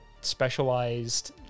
specialized